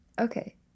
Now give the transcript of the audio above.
Okay